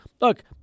look